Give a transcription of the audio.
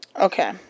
Okay